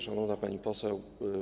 Szanowna Pani Poseł!